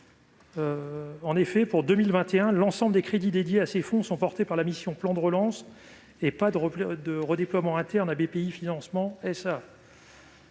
En effet, pour 2021, l'ensemble des crédits dédiés à ces fonds sera porté par la mission « Plan de relance », et non par des redéploiements internes à Bpifrance Financement SA.